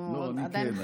אנחנו עדיין מחכים.